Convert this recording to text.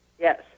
Yes